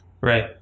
Right